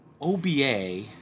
OBA